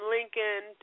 Lincoln